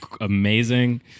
amazing